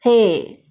!hey!